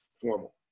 formal